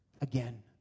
again